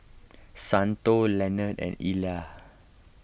Santo Leonard and Elia